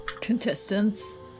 Contestants